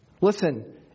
Listen